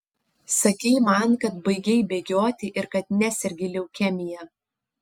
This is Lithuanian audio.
sakei man kad baigei bėgioti ir kad nesergi leukemija